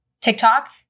TikTok